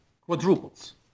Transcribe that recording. quadruples